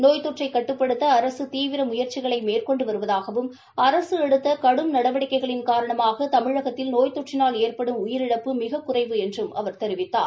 நோய் தொற்றை கட்டுப்படுத்த அரசு தீவிர முயற்சிகளை மேற்கொண்டு வருவதாகவும் எடுத்த கடும் நடவடிக்கைகளின் காரணமாக தமிழகத்தில் நோய் தொற்றினால் ஏற்படும் உயிரிழப்பு மிகக்குறைவு என்றும் அவர் தெரிவித்தார்